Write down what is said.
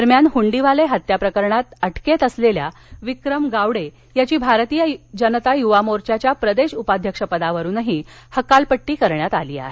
दरम्यान हुंडीवाले हत्या प्रकरणात अटकेत असलेल्या विक्रम गावंडे याची भारतीय जनता युवा मोर्चाच्या प्रदेश उपाध्यक्ष पदावरुन हकालपट्टी करण्यात आली आहे